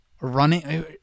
running